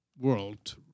world